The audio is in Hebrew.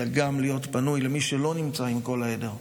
אלא גם להיות פנוי למי שלא נמצא עם כל העדר.